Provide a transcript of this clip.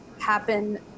happen